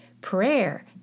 prayer